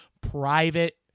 private